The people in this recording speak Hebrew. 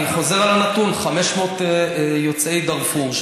אני חוזר על הנתון: 500 יוצאי דארפור,